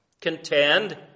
Contend